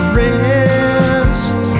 rest